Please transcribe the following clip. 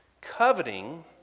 Coveting